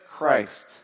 Christ